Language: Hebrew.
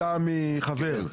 הצעה מחבר.